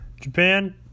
Japan